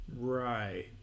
Right